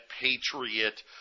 Patriot